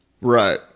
Right